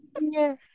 Yes